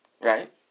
right